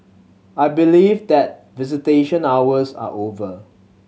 I believe that visitation hours are over